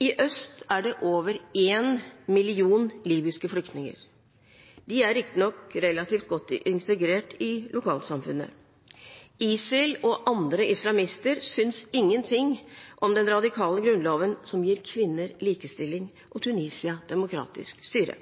I øst er det over en million libyske flyktninger. De er riktignok relativt godt integrert i lokalsamfunnet. ISIL og andre islamister synes ingenting om den radikale grunnloven, som gir kvinner likestilling og Tunisia demokratisk styre.